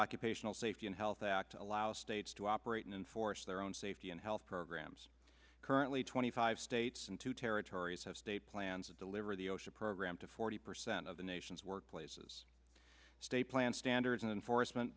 occupational safety and health act allows states to operate and enforce their own safety and health programs currently twenty five states and two territories have state plans to deliver the osha program to forty percent of the nation's workplaces state plan standards and enforcement